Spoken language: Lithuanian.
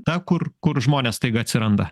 ta kur kur žmonės staiga atsiranda